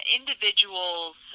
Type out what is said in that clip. individuals